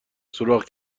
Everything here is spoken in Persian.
سوراخ